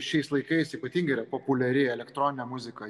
šiais laikais ypatingai yra populiari elektroninė muzika